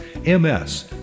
MS